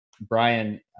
brian